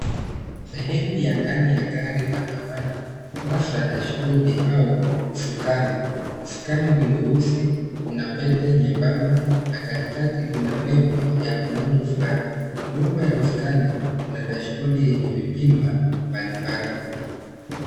Sehemu ya ndani ya gari la zamani hasa dashbodi au usukani. Usukani ni mweusi, una pete nyembamba na katikati una nembo ya muundo fulani. Nyuma ya usukani kuna dashibodi yenye vipima mbalimbali.